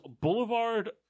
Boulevard